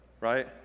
right